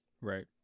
Right